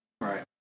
Right